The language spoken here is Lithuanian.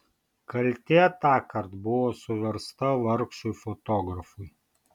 kaltė tąkart buvo suversta vargšui fotografui